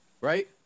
Right